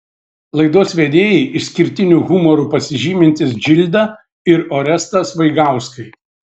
laidos vedėjai išskirtiniu humoru pasižymintys džilda ir orestas vaigauskai